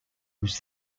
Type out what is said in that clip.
was